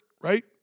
right